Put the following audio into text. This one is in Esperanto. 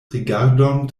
rigardon